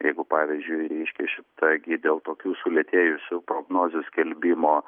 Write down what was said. jeigu pavyzdžiui reiškia šita gi dėl tokių sulėtėjusių prognozių skelbimo